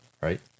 right